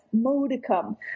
modicum